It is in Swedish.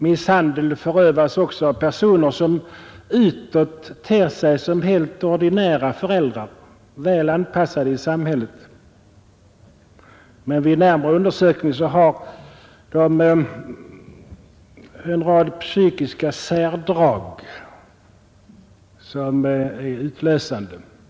Misshandel förövas också av personer som utåt ter sig som helt ordinära föräldrar, väl anpassade i samhället, men vid närmare undersökning visar de sig ha en rad psykiska särdrag som är utlösande.